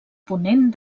ponent